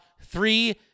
three